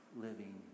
living